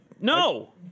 No